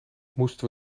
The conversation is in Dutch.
moesten